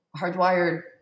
hardwired